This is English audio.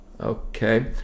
Okay